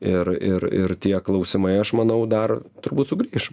ir ir ir tie klausimai aš manau dar turbūt sugrįš